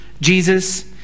Jesus